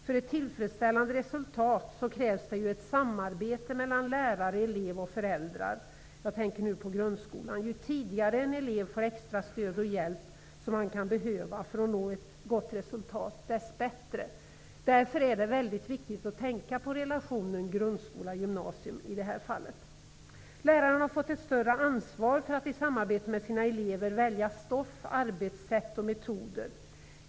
För ett tillfredsställande resultat krävs det ett samarbete mellan lärare, elev och förälder -- jag tänker på grundskolan. Ju tidigare en elev får det extra stöd och hjälp som han kan behöva för att nå ett gott resultat, dess bättre. Det är därför viktigt att man i det här sammanhanget tänker på relationen grundskola--gymnasieskola. Lärarna har fått ett större ansvar för att i samarbete med sina elever välja stoff, arbetssätt och metoder.